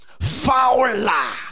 fowler